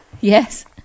Yes